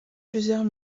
plusieurs